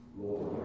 Lord